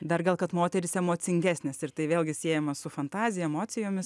dar gal kad moterys emocingesnės ir tai vėlgi siejama su fantazija emocijomis